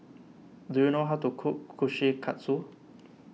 do you know how to cook Kushikatsu